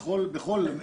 בכל המגזרים.